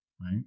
right